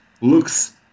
looks